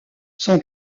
son